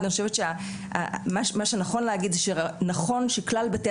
אני חושבת שמה שנכון להגיד זה נכון שכלל בתי